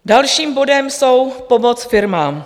Dalším bodem je pomoc firmám.